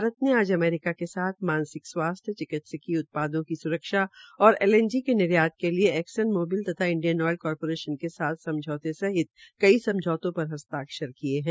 भारत ने आज मानसिक स्वास्थ्य चिकित्सीय उत्पादों की स्रक्षा और एलएनजी के निर्यात के लिये एक्सन मोबिल तथा इंडियन ऑयल कारपोरेशन के साथ समझौते सहित कई समझौतों पर हस्ताक्षर किये है